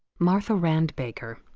martha rand baker.